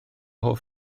hoff